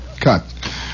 cut